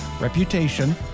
Reputation